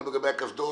גם לגבי הקסדות,